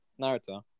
Naruto